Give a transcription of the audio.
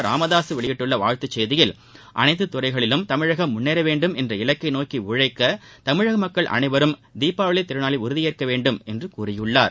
ராமதாசு வெளியிட்டுள்ள வாழ்த்து செய்தியில் அனைத்து துறைகளிலும் தமிழகம் முன்னேற வேண்டும் என்ற இலக்கை நோக்கி உழழக்க தமிழக மக்கள் அனைவரும் தீபாவளி திருநாளில் உறுதியேற்க வேண்டும் என்று கூறியுள்ளார்